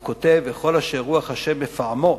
הוא כותב: "וכל אשר רוח ה' מפעמו,